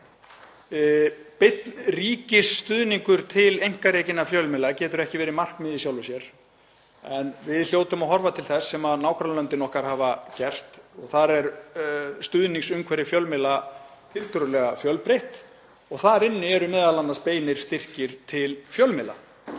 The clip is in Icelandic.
ríkisstuðningur til einkarekinna fjölmiðla getur ekki verið markmið í sjálfu sér en við hljótum að horfa til þess sem nágrannalöndin okkar hafa gert. Þar er stuðningsumhverfi fjölmiðla tiltölulega fjölbreytt og þar inni eru m.a. beinir styrkir til fjölmiðla.